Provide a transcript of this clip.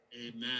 Amen